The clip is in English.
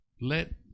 Let